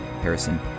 Harrison